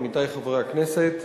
עמיתי חברי הכנסת,